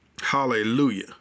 Hallelujah